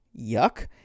yuck